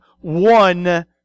one